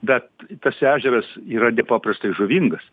bet tas ežeras yra nepaprastai žuvingas